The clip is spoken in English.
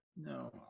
No